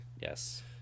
Yes